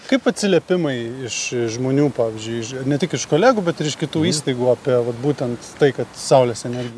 kaip atsiliepimai iš iš žmonių pavyzdžiui iš ne tik iš kolegų bet ir iš kitų įstaigų apie būtent tai kad saulės energija